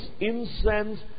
incense